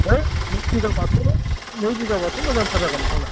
होइट नै बिघाबाथ' नै बिघाबाथ' मोजांथार जागोन नोंथांना